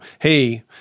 hey